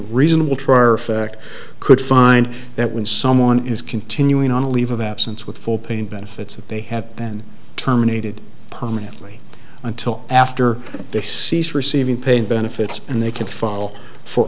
reasonable try our fact could find that when someone is continuing on a leave of absence with full pain benefits that they have then terminated permanently until after they cease receiving pay and benefits and they can file for